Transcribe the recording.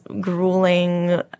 grueling